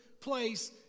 place